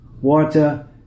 water